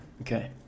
Okay